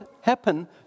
happen